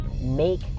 make